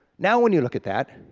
now when you look at that,